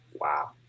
Wow